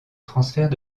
transfert